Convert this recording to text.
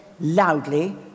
loudly